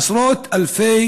עשרות אלפי